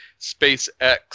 SpaceX